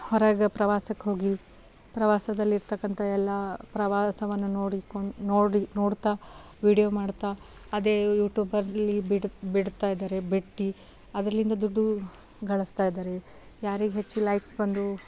ಹೊರಗೆ ಪ್ರವಾಸಕ್ಕೆ ಹೋಗಿ ಪ್ರವಾಸದಲ್ಲಿರತಕ್ಕಂಥ ಎಲ್ಲ ಪ್ರವಾಸವನ್ನು ನೋಡಿಕೊಂಡು ನೋಡಿ ನೋಡ್ತಾ ವೀಡಿಯೊ ಮಾಡ್ತಾ ಅದೇ ಯೂಟ್ಯೂಬಲ್ಲಿ ಬಿಡ್ ಬಿಡ್ತಾಯಿದ್ದಾರೆ ಬಿಟ್ಟು ಅದರಲ್ಲಿಂದ ದುಡ್ಡು ಗಳಿಸ್ತಾಯಿದ್ದಾರೆ ಯಾರಿಗೆ ಹೆಚ್ಚು ಲೈಕ್ಸ್ ಬಂದು